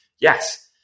yes